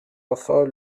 enfin